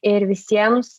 ir visiems